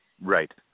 Right